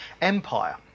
empire